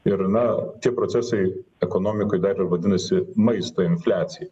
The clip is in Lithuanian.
ir na tie procesai ekonomikoj dar ir vadinasi maisto infliacija